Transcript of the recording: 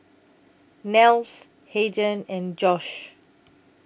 Nels Hayden and Josh